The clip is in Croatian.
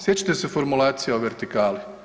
Sjećate se formulacije o vertikali?